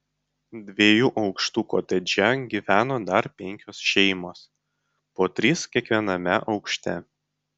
dviejų aukštų kotedže gyveno dar penkios šeimos po tris kiekviename aukšte